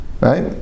Right